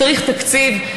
צריך תקציב,